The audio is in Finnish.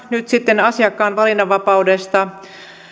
nyt sitten asiakkaan valinnanvapaudesta sosiaali ja terveydenhuollossa